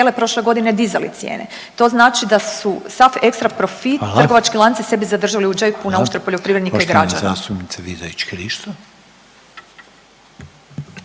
Hvala